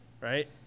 right